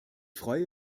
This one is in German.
freue